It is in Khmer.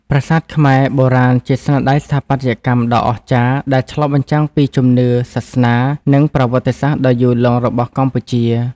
ប្រាសាទខ្មែរបុរាណជាស្នាដៃស្ថាបត្យកម្មដ៏អស្ចារ្យ ដែលឆ្លុះបញ្ចាំងពីជំនឿ សាសនា និងប្រវត្តិសាស្ត្រដ៏យូរលង់របស់កម្ពុជា។